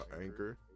Anchor